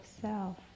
self